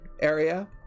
area